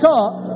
up